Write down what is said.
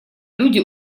люди